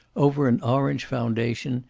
over an orange foundation,